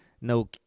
no